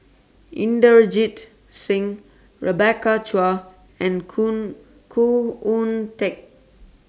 Inderjit Singh Rebecca Chua and Khoo Khoo Oon Teik